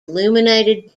illuminated